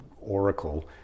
oracle